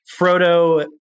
Frodo